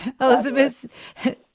Elizabeth